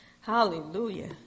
hallelujah